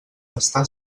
està